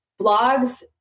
blogs